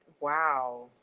Wow